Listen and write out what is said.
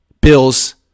Bills